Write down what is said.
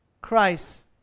Christ